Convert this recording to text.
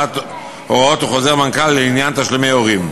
הוראות חוזר המנכ"ל לעניין תשלומי הורים,